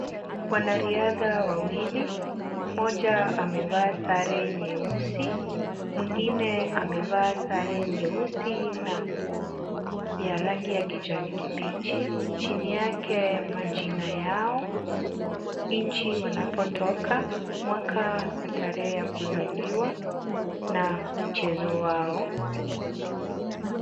Wanariadha wawili. Mmoja amevaa sare nyeusi, mwingine amevaa sare nyeusi na ya rangi ya kijani kibichi. Chini yake majina yao, inchi wanapotoka, mwaka na tarehe ya kuzaliwa, na mchezo wao.